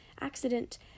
accident